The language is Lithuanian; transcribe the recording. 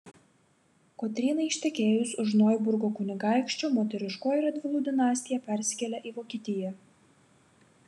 kotrynai ištekėjus už noiburgo kunigaikščio moteriškoji radvilų dinastija persikėlė į vokietiją